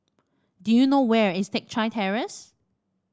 do you know where is Teck Chye Terrace